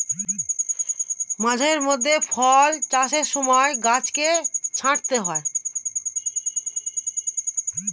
মাঝে মধ্যে ফল চাষের সময় গাছকে ছাঁটতে হয়